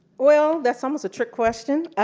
well, that's almost a trick question.